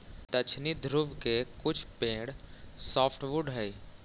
दक्षिणी ध्रुव के कुछ पेड़ सॉफ्टवुड हइ